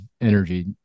energy